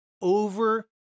over